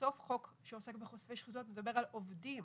בסוף חוק שעוסק בחושפי שחיתויות מדבר על עובדים